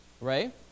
Right